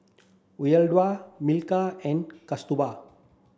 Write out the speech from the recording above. Uyyalawada Milkha and Kasturba